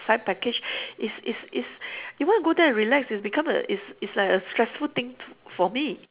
sign package it's it's it's you want go there and relax it's become a it's it's like a stressful thing for me